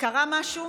קרה משהו,